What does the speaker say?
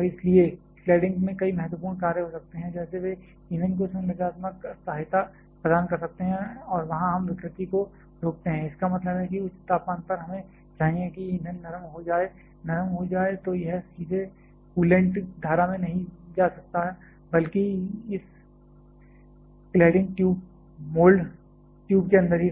और इसलिए क्लैडिंग में कई महत्वपूर्ण कार्य हो सकते हैं जैसे वे ईंधन को संरचनात्मक सहायता प्रदान कर सकते हैं और वहां हम विकृति को रोकते हैं इसका मतलब है कि उच्च तापमान पर हमें चाहिए कि ईंधन नरम हो जाए नरम हो जाए तो यह सीधे कूलेंट धारा में नहीं जा सकता बल्कि वे इस क्लैडिंग ट्यूब मोल्ड ट्यूब के अंदर ही रहते हैं